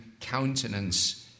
countenance